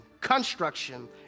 construction